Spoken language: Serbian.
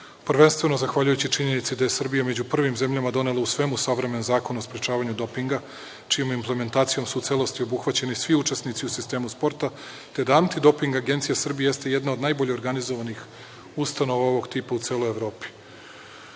prvenstveno zahvaljujući činjenici da je Srbija među prvim zemljama donela u svemu savremen Zakon o sprečavanju dopinga, čijom implementacijom su u celosti obuhvaćeni svi učesnici u sistemu sporta, te da Antidoping agencija Srbije jeste jedna od najbolje organizovanih ustanova ovog tipa u celoj Evropi. Zavod